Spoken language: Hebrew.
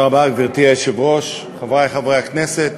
גברתי היושבת-ראש, תודה רבה, חברי חברי הכנסת,